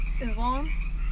Islam